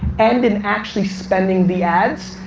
and in actually spending the ads,